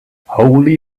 holy